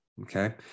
okay